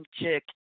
Chick